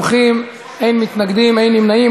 56 תומכים, אין מתנגדים, אין נמנעים.